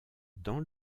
dans